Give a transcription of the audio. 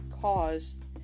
caused